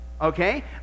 okay